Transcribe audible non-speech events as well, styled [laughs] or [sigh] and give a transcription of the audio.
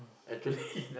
actually [laughs]